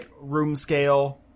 room-scale